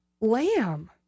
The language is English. Lamb